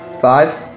Five